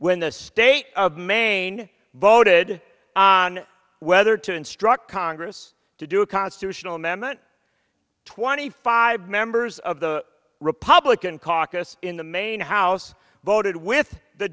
when the state of maine voted on whether to instruct congress to do a constitutional amendment twenty five members of the republican caucus in the main house voted with the